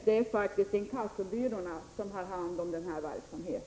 Det är faktiskt inkassobyråerna som har hand om denna verksamhet.